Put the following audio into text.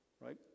Right